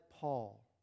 Paul